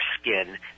skin